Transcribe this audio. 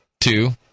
two